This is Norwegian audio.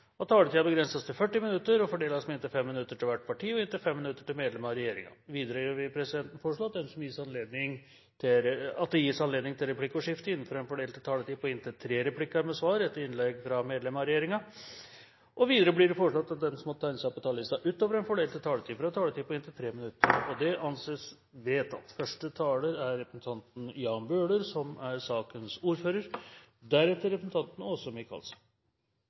av å skjerpe tilsynet med asylmottak og disse bokompleksene som gjestearbeidere ofte bor i når de jobber her. Flere har ikke bedt om ordet til sak nr. 7. Etter ønske fra justiskomiteen vil presidenten foreslå at taletiden begrenses til 40 minutter og fordeles med inntil 5 minutter til hvert parti og inntil 5 minutter til medlem av regjeringen. Videre vil presidenten foreslå at det gis anledning til replikkordskifte på inntil tre replikker med svar etter innlegg fra medlem av regjeringen innenfor den fordelte taletid. Videre blir det foreslått at de som måtte tegne seg på talerlisten utover den fordelte taletid, får en taletid på inntil 3 minutter.